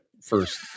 first